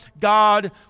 God